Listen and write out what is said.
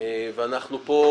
אנחנו פה,